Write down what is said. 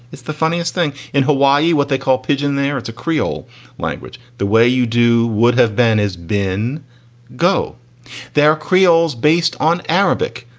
it's the funniest thing in hawaii, what they call pidgin there. it's a creole language. the way you do would have been has been go there. creole is based on arabic.